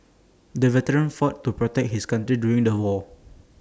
the veteran fought to protect his country during the war